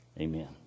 Amen